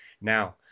Now